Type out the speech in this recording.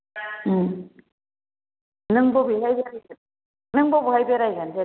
नों बबेहाय नों बबेहाय बेरायगोन जेन'बा